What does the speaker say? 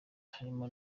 harimo